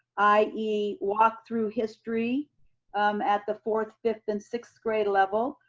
i e. walk through history at the fourth, fifth, and sixth grade level.